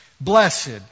Blessed